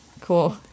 cool